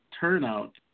turnout